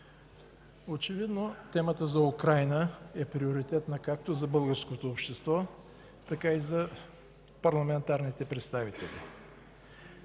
Очевидно темата за Украйна е приоритетна както за българското общество, така и за парламентарните представители.